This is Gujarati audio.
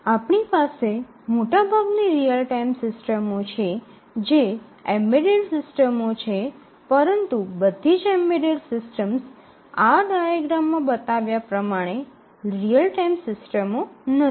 આપણી પાસે મોટાભાગની રીઅલ ટાઇમ સિસ્ટમો છે જે એમ્બેડેડ સિસ્ટમો છે પરંતુ બધી જ એમ્બેડેડ સિસ્ટમ્સ આ ડાયાગ્રામમાં બતાવ્યા પ્રમાણે રીઅલ ટાઇમ સિસ્ટમો નથી